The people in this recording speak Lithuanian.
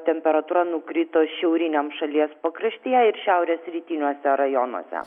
temperatūra nukrito šiauriniam šalies pakraštyje ir šiaurės rytiniuose rajonuose